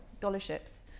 scholarships